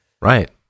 Right